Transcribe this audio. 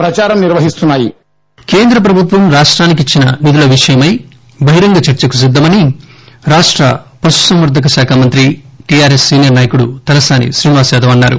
శ్రీనివాస యాదవ్ కేంద్ర ప్రభుత్వం రాష్టానికి ఇచ్చిన నిధుల విషయమై బహిరంగ చర్చకు సిద్ధమని రాష్ట పశు సంవర్దక శాఖ మంత్రి టిఆర్ఎస్ సీనియర్ నాయకుడు తలసాని శ్రీనివాస యాదవ్ అన్నారు